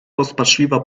rozpaczliwa